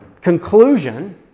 conclusion